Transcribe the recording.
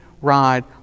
ride